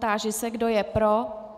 Táži se, kdo je pro.